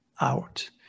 out